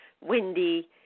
windy